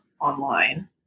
online